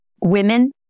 women